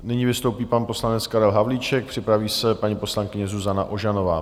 Nyní vystoupí pan poslanec Karel Havlíček, připraví se paní poslankyně Zuzana Ožanová.